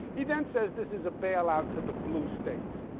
he then says this is a bailout to the blue states,